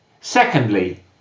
Secondly